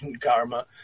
karma